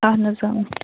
اَہَن حظ